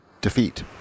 defeat